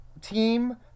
team